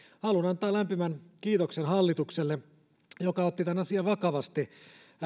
haluan antaa lämpimän kiitoksen hallitukselle joka otti tämän asian vakavasti